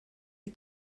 sie